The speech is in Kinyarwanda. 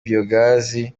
biyogazi